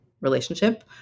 relationship